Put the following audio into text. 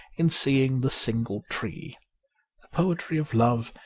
in seeing the single tree the poetry of love,